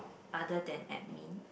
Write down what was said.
other than admin